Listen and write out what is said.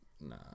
Nah